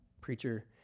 preacher